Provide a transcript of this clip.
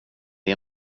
det